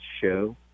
show